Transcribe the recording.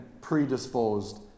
predisposed